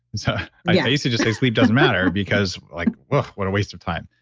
so, i basically just say sleep doesn't matter because, like whoa, what a waste of time.